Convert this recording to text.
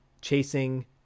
chasing